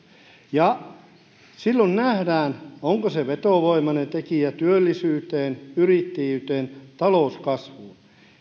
silloin nähdään onko se vetovoimainen tekijä työllisyyteen yrittäjyyteen talouskasvuun